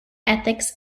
ethics